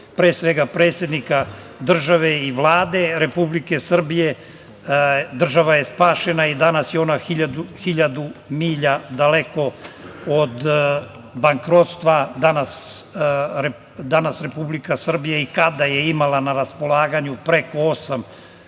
pre svega predsednika države i Vlade Republike Srbije, država je spašena i danas je ona 1.000 milja daleko od bankrotstva, danas Republika Srbija i kada je imala na raspolaganju preko 8,5